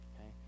okay